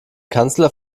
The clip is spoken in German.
kanzler